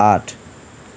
आठ